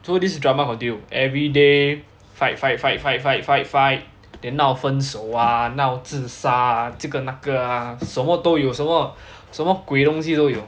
so this drama continue every day fight fight fight fight fight fight fight then 闹分手啊闹自杀这个那个啊什么都有什么什么鬼东西都有